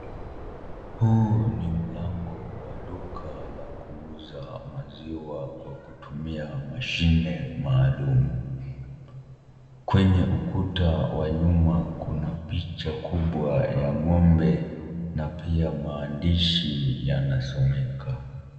Huu ni mlango wa duka ya kuuza maziwa kwa kutumia mashine maalum. Kwenye ukuta wa nyuma kuna picha kubwa ya ng'ombe na pia maandishi yanasomeka.